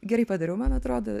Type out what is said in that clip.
gerai padariau man atrodo